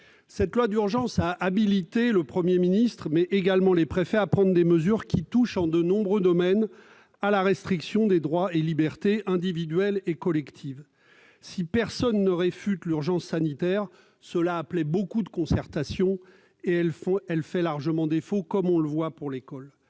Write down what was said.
Cette loi d'urgence a habilité le Premier ministre, mais aussi les préfets, à prendre des mesures qui touchent en de nombreux domaines à la restriction des droits et libertés individuelles et collectives. Si personne ne réfute l'urgence sanitaire, une telle situation nécessite une grande concertation, laquelle a largement fait défaut, comme on peut le constater pour l'école.